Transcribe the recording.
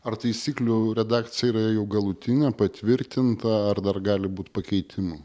ar taisyklių redakcija yra jau galutinė patvirtinta ar dar gali būt pakeitimų